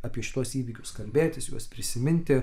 apie šituos įvykius kalbėtis juos prisiminti